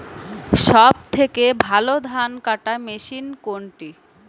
সবথেকে ভালো ধানকাটা মেশিন কোনটি?